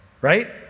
right